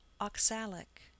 oxalic